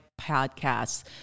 podcasts